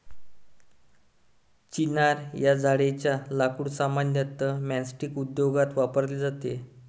चिनार या झाडेच्या लाकूड सामान्यतः मैचस्टीक उद्योगात वापरले जाते